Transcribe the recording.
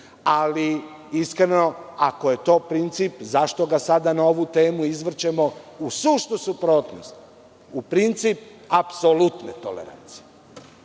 Ali, iskreno ako je to princip zašto ga sada na ovu temu izvrćemo u suštu suprotnost u princip apsolutne tolerancije. To